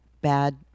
bad